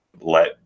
let